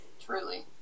Truly